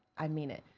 i mean it,